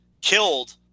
killed